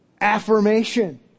affirmation